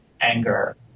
anger